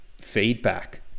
feedback